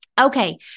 Okay